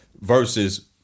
versus